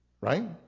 right